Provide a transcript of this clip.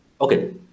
Okay